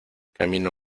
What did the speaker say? camino